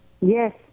Yes